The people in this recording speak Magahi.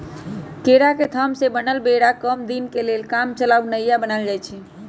केरा के थम से बनल बेरा कम दीनके लेल कामचलाउ नइया बनाएल जाइछइ